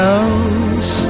else